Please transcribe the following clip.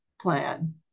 plan